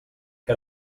què